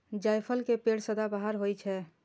जायफल के पेड़ सदाबहार होइ छै